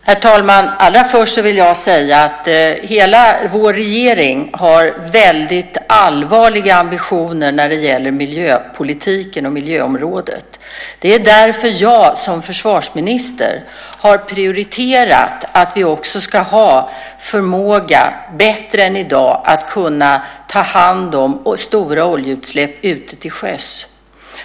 Herr talman! Allra först vill jag säga att hela vår regering har väldigt allvarliga ambitioner när det gäller miljöpolitiken och miljöområdet. Det är därför jag som försvarsminister har prioriterat att vi också ska ha förmåga, bättre än i dag, att kunna ta hand om stora oljeutsläpp ute till sjöss.